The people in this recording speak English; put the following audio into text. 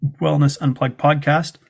wellness-unplugged-podcast